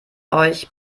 euch